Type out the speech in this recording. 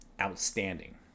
outstanding